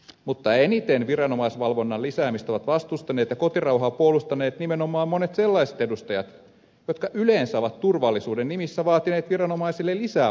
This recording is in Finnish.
mutta eniten viranomaisvalvonnan lisäämistä ovat vastustaneet ja kotirauhaa puolustaneet nimenomaan monet sellaiset edustajat jotka yleensä ovat turvallisuuden nimissä vaatineet viranomaisille lisää valtaoikeuksia